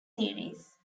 series